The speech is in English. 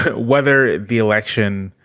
whether the election,